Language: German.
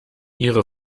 ihre